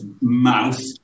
Mouth